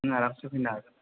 नों आरामसे फैनो हागोन